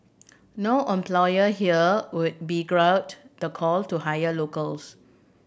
no employer here would the call to hire locals